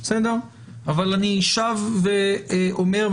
אבל אני שב ואומר,